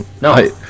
No